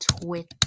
Twitter